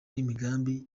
n’imigambi